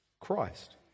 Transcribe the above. Christ